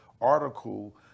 article